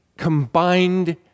Combined